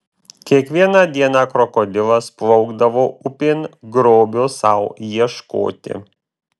kiekvieną dieną krokodilas plaukdavo upėn grobio sau ieškoti